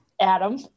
Adam